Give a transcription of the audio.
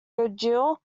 virgil